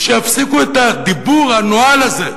ושיפסיקו את הדיבור הנואל הזה,